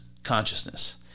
consciousness